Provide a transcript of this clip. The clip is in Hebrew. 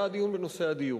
היה הדיון בנושא הדיור,